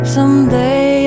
Someday